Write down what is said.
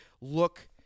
look